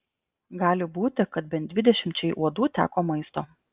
gali būti kad bent dvidešimčiai uodų teko maisto